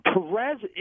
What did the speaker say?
Perez